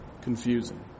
confusing